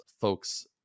folks